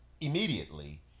immediately